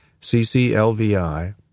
CCLVI